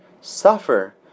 suffer